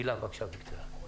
הילה, בבקשה, בקצרה.